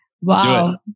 Wow